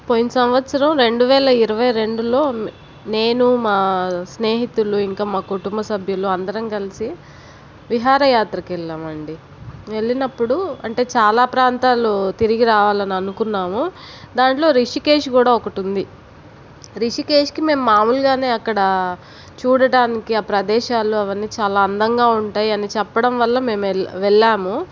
పోయిన సంవత్సరం రెండు వేల ఇరవై రెండులో నేను మా స్నేహితులు ఇంకా మా కుటుంబ సభ్యులు అందరం కలిసి విహారయాత్రికి వెళ్ళామండి వెళ్ళినప్పుడు అంటే చాలా ప్రాంతాలు తిరిగిరావాలని అనుకున్నాము దాంట్లో రిషికేష్ కూడా ఒకటి ఉంది రిషికేష్కి మేము మామూలుగానే అక్కడ చూడటానికి ఆ ప్రదేశాల్లో అవన్నీ చాలా అందంగా ఉంటాయని చెప్పడం వల్ల మేము వె వెళ్ళాము